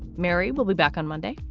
mary will be back on monday.